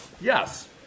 Yes